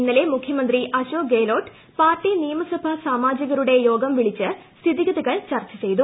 ഇന്നലെ മുഖ്യമന്ത്രി അശോക് ഗെഹ്ലോട്ട് പാർട്ടി നിയമസഭാ സാമാജികരുടെ യോഗം വിളിച്ച് സ്ഥിതിഗതികൾ ചർച്ച ചെയ്തു